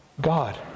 God